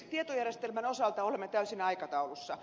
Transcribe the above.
tietojärjestelmän osalta olemme täysin aikataulussa